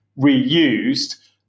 reused